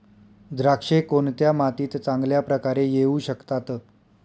द्राक्षे कोणत्या मातीत चांगल्या प्रकारे येऊ शकतात?